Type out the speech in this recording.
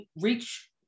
reach